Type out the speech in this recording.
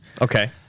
Okay